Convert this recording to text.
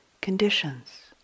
conditions